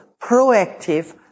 proactive